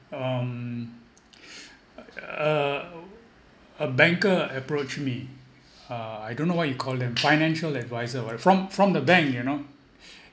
um uh a banker approach me uh I don't know what you call them financial advisor wahtev~ from from the bank you know